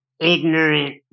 ignorant